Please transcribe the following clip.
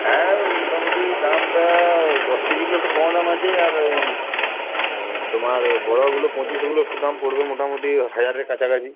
হ্যাঁ মোটামুটি দামটা দশ কেজিগুলো একটু কম দাম আছে আর ওই তোমার বড়োগুলো পঁচিশগুলো একটু দাম পড়বে মোটামোটি হাজারের কাছাকাছি